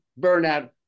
burnout